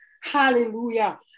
Hallelujah